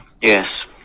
Yes